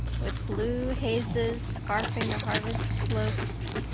with blue hazes scarfing the harvest slopes,